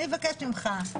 אני מבקשת ממך,